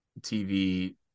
tv